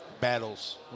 battles